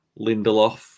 Lindelof